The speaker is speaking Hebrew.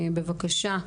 בבקשה.